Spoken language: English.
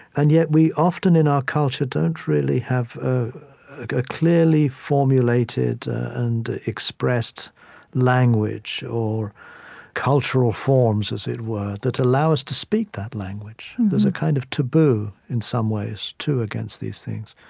and yet, we often, in our culture, don't really have ah a clearly formulated and expressed language, or cultural forms, as it were, that allow us to speak that language. there's a kind of taboo in some ways, too, against these things